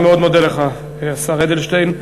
אני מאוד מודה לך, השר אדלשטיין.